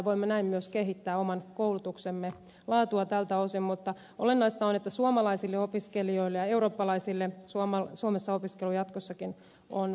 voimme näin myös kehittää oman koulutuksemme laatua tältä osin mutta olennaista on että suomalaisille opiskelijoille ja eurooppalaisille suomessa opiskelu jatkossakin on maksutonta